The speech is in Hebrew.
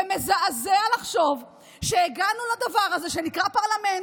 זה מזעזע לחשוב שהגענו לדבר הזה שנקרא פרלמנט,